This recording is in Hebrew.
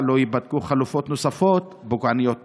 2. מדוע לא ייבדקו חלופות נוספות, פוגעניות פחות?